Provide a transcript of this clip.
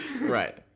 Right